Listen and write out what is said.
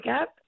up